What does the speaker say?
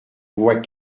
voix